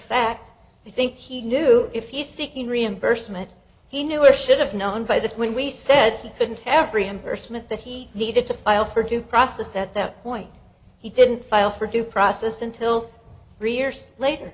fact i think he knew if you seeking reimbursement he knew or should have known by that when we said he didn't have reimbursement that he needed to file for due process at that point he didn't file for due process until three years later